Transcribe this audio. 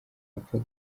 apfa